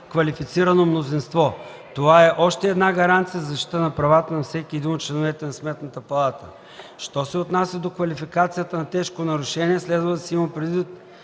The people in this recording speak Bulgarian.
квалифицирано мнозинство. Това е още една гаранция за защита на правата на всеки един от членовете на състава на Сметната палата. - Що се отнася до квалификацията на тежко нарушение, следва да се има предвид,